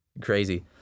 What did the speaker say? Crazy